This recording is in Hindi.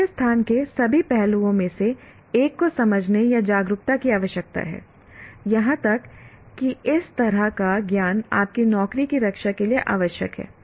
कार्य स्थान के सभी पहलुओं में से एक को समझने या जागरूकता की आवश्यकता है यहां तक कि इस तरह का ज्ञान आपकी नौकरी की रक्षा के लिए आवश्यक है